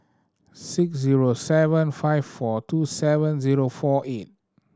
six zero seven five four two seven zero four eight